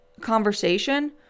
conversation